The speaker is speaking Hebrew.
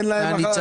ניתן להם עכשיו,